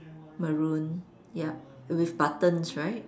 maroon yup with buttons right